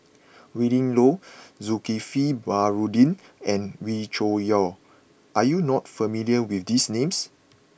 Willin Low Zulkifli Baharudin and Wee Cho Yaw are you not familiar with these names